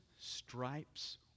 stripes